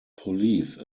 police